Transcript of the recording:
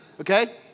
Okay